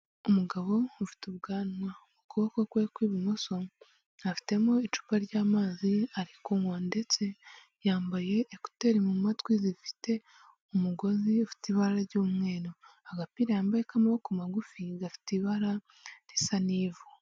Umugabo ufite ubwanwa, mu kuboko kwe kw'ibumoso afitemo icupa ry'amazi ari kunywa, ndetse yambaye ekuteri mu matwi zifite umugozi ufite ibara ry'umweru, agapira yambaye k'amaboko magufi gafite ibara risa n'ivu.